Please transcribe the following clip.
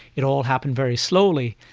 it all happened very slowly.